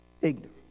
ignorant